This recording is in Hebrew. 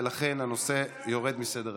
ולכן הנושא יורד מסדר-היום.